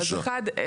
אחד,